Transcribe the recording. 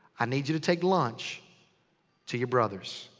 i need you to take lunch to your brothers.